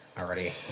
already